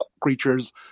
creatures